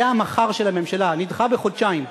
זה המחר של הממשלה: נדחה בחודשיים.